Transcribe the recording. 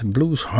Blues